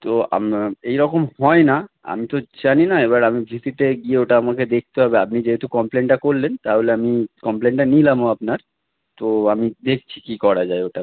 তো আমরা এইরকম হয় না আমি তো জানি না এবার আমি ডিউটিতে গিয়ে ওটা আমাকে দেখতে হবে আপনি যেহেতু কমপ্লেনটা করলেন তাহলে আমি কমপ্লেনটা নিলামও আপনার তো আমি দেখছি কী করা যায় ওটা